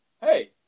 Hey